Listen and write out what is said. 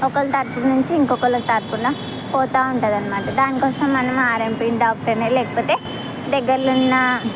ఒకళ్ళ తరపునుంచి ఇంకొకల తరపున పోతూ ఉంటుందనమాట దాని కోసం మనం ఆర్ఎంపి డాక్టర్ని లేకపోతే దగ్గర్లున్న